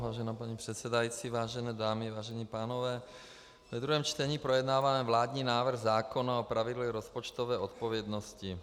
Vážená paní předsedající, vážené dámy, vážení pánové, ve druhém čtení projednáváme vládní návrh zákona o pravidlech rozpočtové odpovědnosti.